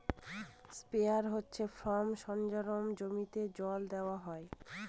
sprayer হচ্ছে farm সরঞ্জাম জমিতে জল দেওয়া হয়